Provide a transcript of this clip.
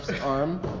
arm